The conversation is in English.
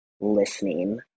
listening